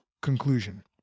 conclusion